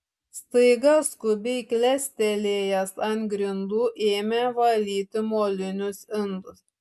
staiga skubiai klestelėjęs ant grindų ėmė valyti molinius indus